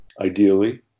Ideally